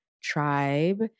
tribe